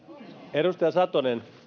edustaja satonen